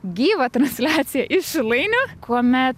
gyvą transliaciją iš šilainių kuomet